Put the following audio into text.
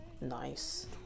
Nice